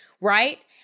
right